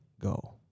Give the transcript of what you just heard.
go